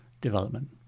development